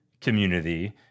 community